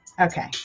okay